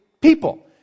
People